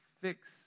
fix